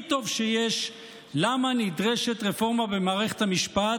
טוב שיש למה נדרשת רפורמה במערכת המשפט,